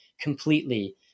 completely